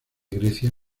grecia